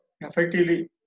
effectively